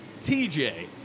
TJ